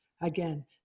again